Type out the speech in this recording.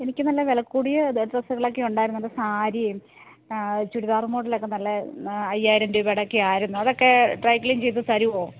എനിക്ക് നല്ല വില കൂടിയ ഡ്രസ്സുകളൊക്കെ ഉണ്ടായിരുന്നു സാരിയും ചുരിദാറ് മോഡലൊക്കെ നല്ല അയ്യായിരം രൂപയുടെ ഒക്കെ ആയിരുന്നു അതൊക്കെ ഡ്രൈ ക്ലീൻ ചെയ്ത് തരുമോ